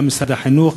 גם משרד החינוך,